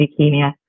leukemia